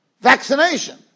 Vaccination